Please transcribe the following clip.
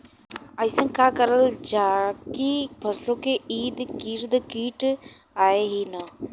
अइसन का करल जाकि फसलों के ईद गिर्द कीट आएं ही न?